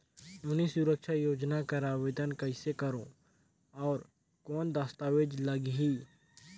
नोनी सुरक्षा योजना कर आवेदन कइसे करो? और कौन दस्तावेज लगही?